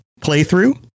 playthrough